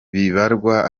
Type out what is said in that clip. bibarwa